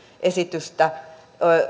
esitystä